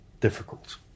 difficult